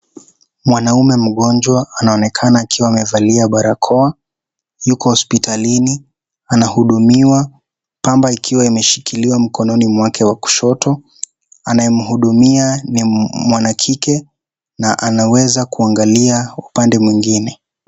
Mwanaume mgonjwa, anaonekana akiwa amevalia barakoa. Yuko hospitalini, anahudumia, pamba ikiwa imeshikiliwa mkononi mwake wa kushoto. Anayemhudumia ni mwana kike na anaweza kuangalia upande mwingine.